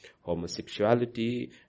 homosexuality